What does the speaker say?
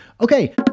Okay